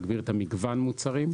להגדיל את המגוון של המוצרים.